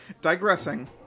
digressing